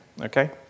Okay